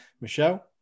Michelle